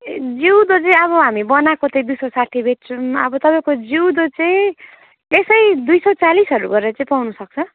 ए जिउँदो चाहिँ अब हामी बनाएको चाहिँ हामी दुई सय साठी बेच्छौँ अब तपाईँको जिउँदो चाहिँ त्यसै दुई सय चालिसहरू गरेर चाहिँ पाउनु सक्छ